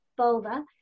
vulva